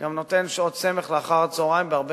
גם נותן שעות סמך לאחר-הצהריים בהרבה